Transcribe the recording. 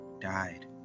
Died